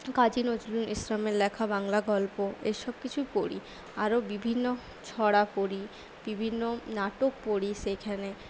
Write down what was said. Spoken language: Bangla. কাজী নজরুল ইসলামের লেখা বাংলা গল্প এ সবকিছুই পড়ি আরো বিভিন্ন ছড়া পড়ি বিভিন্ন নাটক পড়ি সেখানে